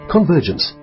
Convergence